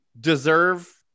deserve